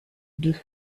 deux